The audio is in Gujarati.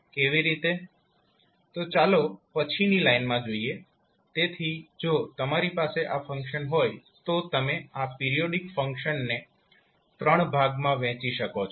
તો ચાલો હવે પછીની લાઈન માં જોઈએ તેથી જો તમારી પાસે આ ફંક્શન હોય તો તમે આ પીરીયોડીક ફંક્શનને ત્રણ ભાગમાં વહેંચી શકો છો